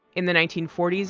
in the nineteen forty s,